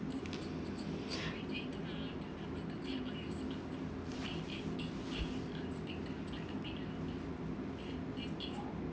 okay